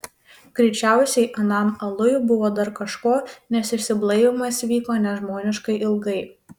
greičiausiai anam aluj buvo dar kažko nes išsiblaivymas vyko nežmoniškai ilgai